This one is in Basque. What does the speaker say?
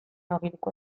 agiriko